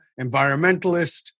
environmentalist